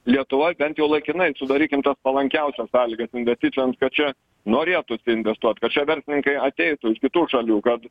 lietuvoj bent jau laikinai sudarykim tas palankiausias sąlygas investicijoms kad čia norėtųsi investuot kad čia verslininkai ateitų iš kitų šalių kad